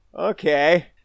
okay